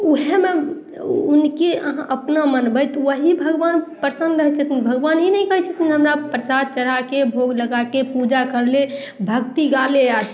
वएहे मे उनके अहाँ अपना मानबय तऽ ओहि भगवान प्रसन्न रहय छथिन भगवान ई नहि कहय छथिन हमरा प्रसाद चढ़ाके भोग लगाके पूजा करले भक्ति गाले आओर